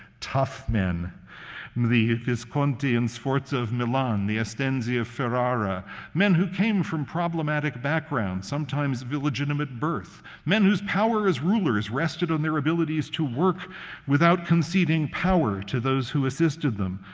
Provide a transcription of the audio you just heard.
tough men the visconti and sforza of milan, the estensi of ferrara men who came from problematic backgrounds, sometimes of illegitimate birth men whose power as rulers rested on their abilities to work without conceding power to those who assisted them,